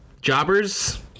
jobbers